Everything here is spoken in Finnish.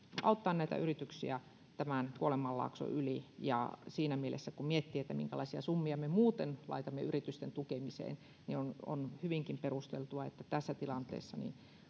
auttaa näitä yrityksiä tämän kuolemanlaakson yli ja siinä mielessä kun miettii minkälaisia summia me muuten laitamme yritysten tukemiseen niin on on hyvinkin perusteltua että tässä tilanteessa